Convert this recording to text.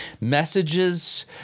messages